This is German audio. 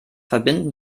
verbinden